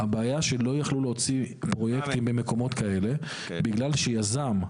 הבעיה היא שהם לא יכלו להוציא פרויקטים במקומות כאלה בגלל שיזם,